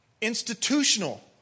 Institutional